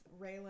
Raylan